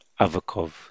Avakov